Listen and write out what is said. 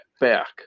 back